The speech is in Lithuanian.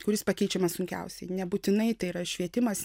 kuris pakeičiamas sunkiausiai nebūtinai tai yra švietimas